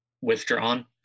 withdrawn